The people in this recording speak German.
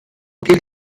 gilt